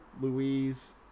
Louise